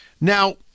Now